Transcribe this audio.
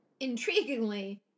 intriguingly